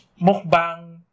Mukbang